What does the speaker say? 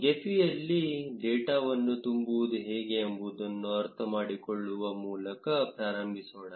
ಗೆಫಿಲ್ಲಿ ಡೇಟಾವನ್ನು ತುಂಬುವುದು ಹೇಗೆ ಎಂಬುದನ್ನು ಅರ್ಥಮಾಡಿಕೊಳ್ಳುವ ಮೂಲಕ ಪ್ರಾರಂಭಿಸೋಣ